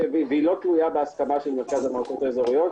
והיא לא תלויה בהסכמה של המועצות האזוריות,